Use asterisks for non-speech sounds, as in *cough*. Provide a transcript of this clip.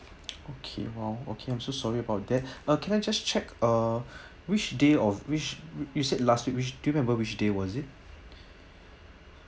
*noise* okay !wow! okay I'm so sorry about that uh can I just check uh which day of which you said last week which do you remember which day was it